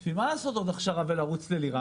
לשם מה לעשות עוד הכשרה וללכת למנכ"לית?